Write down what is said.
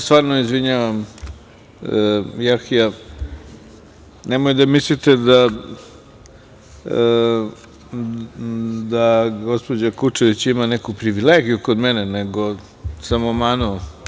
Stvarno se izvinjavam Jahja, nemojte da mislite da gospođa Kučević ima neku privilegiju kod mene, nego sam omanuo.